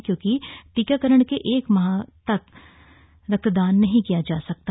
क्योंकि टीकाकरण के एक माह बाद तक रक्तदान नहीं किया जा सकता है